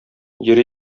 йөри